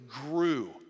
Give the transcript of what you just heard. grew